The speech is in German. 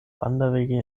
wanderwege